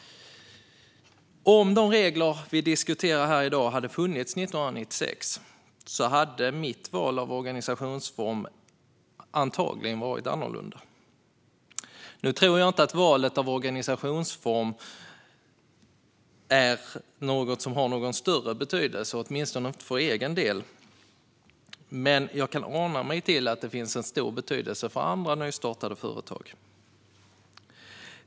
Om de regler som vi diskuterar här i dag hade funnits 1996 hade mitt val av organisationsform antagligen varit annorlunda. Jag tror inte att valet av organisationsform har haft någon större betydelse för egen del, men jag kan ana mig till att det kan ha stor betydelse för andra nystartade företag.